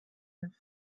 neuf